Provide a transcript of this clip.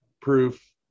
proof